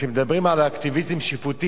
כשמדברים על אקטיביזם שיפוטי,